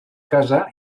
casa